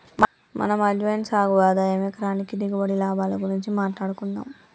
మనం అజ్వైన్ సాగు ఆదాయం ఎకరానికి దిగుబడి, లాభాల గురించి మాట్లాడుకుందం